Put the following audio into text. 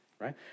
right